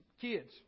Kids